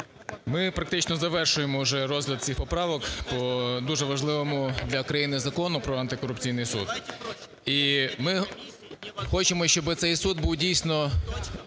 ми практично завершуємо вже розгляд цих поправок по дуже важливому для країни Закону про антикорупційний суд. І ми хочемо, щоб цей суд був дійсно